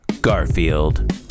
Garfield